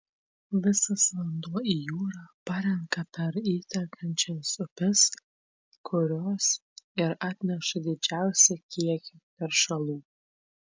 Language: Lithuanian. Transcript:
visas vanduo į jūrą parenka per įtekančias upes kurios ir atneša didžiausią kiekį teršalų